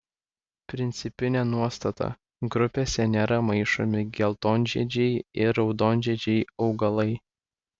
principinė nuostata grupėse nėra maišomi geltonžiedžiai ir raudonžiedžiai augalai